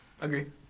Agree